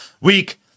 weak